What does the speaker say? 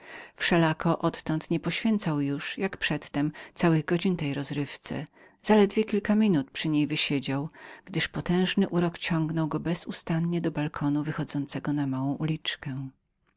wszelako odtąd nie poświęcał już jak przed tem całych godzin tej rozrywce zaledwie kilka minut przy niem wysiedział gdyż potężny urok ciągnął go bezustannie do balkonu wychodzącego na małą uliczkę